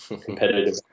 competitive